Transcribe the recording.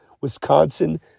Wisconsin